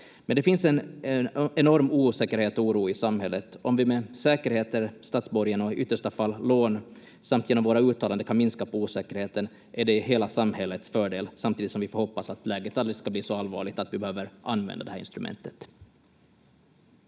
Men det finns en enorm osäkerhet och oro i samhället. Om vi med säkerheter, statsborgen och i yttersta fall lån samt genom våra uttalanden kan minska på osäkerheten är det i hela samhällets fördel, samtidigt som vi får hoppas att läget aldrig ska bli så allvarligt att vi behöver använda det här instrumentet.